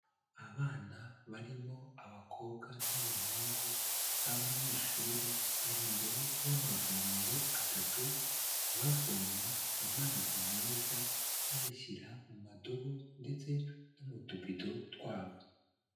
Abana barimo abakobwa n'abahungu b'abanyeshuri bari imbere y'amavomero atatu, bavoma amazi meza bayashyira mu madobo ndetse no mu tubido twabo.